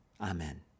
Amen